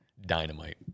dynamite